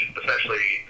essentially